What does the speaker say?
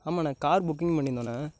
ஆமாண்ணே car booking பண்ணியிருந்தோண்ணே